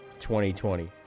2020